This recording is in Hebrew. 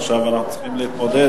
עכשיו אנחנו צריכים להתמודד,